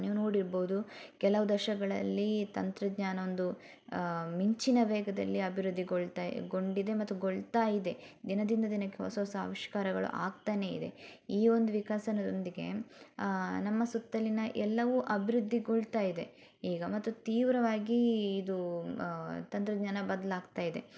ನೀವು ನೋಡಿರ್ಬೌದು ಕೆಲವು ದಶಕಗಳಲ್ಲಿ ತಂತ್ರಜ್ಞಾನ ಒಂದು ಮಿಂಚಿನ ವೇಗದಲ್ಲಿ ಅಭಿವೃದ್ದಿಗೊಳ್ತಾ ಗೊಂಡಿದೆ ಮತ್ತು ಗೊಳ್ತಾ ಇದೆ ದಿನದಿಂದ ದಿನಕ್ಕೆ ಹೊಸ ಹೊಸ ಆವಿಷ್ಕಾರಗಳು ಆಗ್ತನೇ ಇದೆ ಈ ಒಂದು ವಿಕಸನದೊಂದಿಗೆ ನಮ್ಮ ಸುತ್ತಲಿನ ಎಲ್ಲವು ಅಭಿವೃದ್ದಿಗೊಳ್ತಾಯಿದೆ ಈಗ ಮತ್ತು ತೀವ್ರವಾಗಿ ಇದು ತಂತ್ರಜ್ಞಾನ ಬದಲಾಗ್ತಯಿದೆ